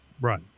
right